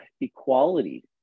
equality